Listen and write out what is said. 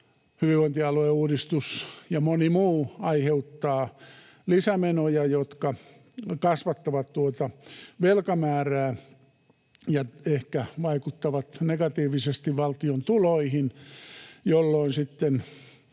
hyvinvointialueuudistus ja moni muu — aiheuttavat lisämenoja, jotka kasvattavat tuota velkamäärää ja ehkä vaikuttavat negatiivisesti valtion tuloihin, jolloin sitten